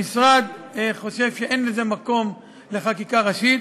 המשרד חושב שאין לזה מקום בחקיקה ראשית.